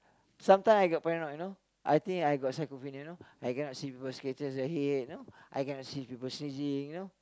sometime I got paranoid you know I think I got schizophrenia you know I cannot see people scratches their head you know I cannot see people sneezing you know